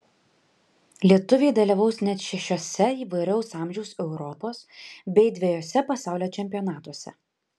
lietuviai dalyvaus net šešiuose įvairaus amžiaus europos bei dvejuose pasaulio čempionatuose